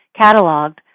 cataloged